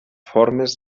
formes